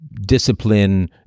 discipline